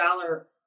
dollar